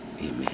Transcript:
Amen